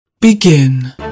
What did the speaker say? Begin